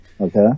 Okay